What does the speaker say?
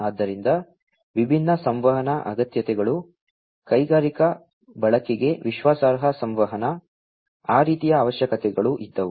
ಆದ್ದರಿಂದ ವಿಭಿನ್ನ ಸಂವಹನ ಅಗತ್ಯತೆಗಳು ಕೈಗಾರಿಕಾ ಬಳಕೆಗೆ ವಿಶ್ವಾಸಾರ್ಹ ಸಂವಹನ ಆ ರೀತಿಯ ಅವಶ್ಯಕತೆಗಳು ಇದ್ದವು